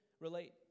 relate